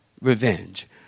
revenge